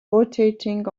rotating